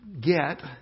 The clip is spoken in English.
get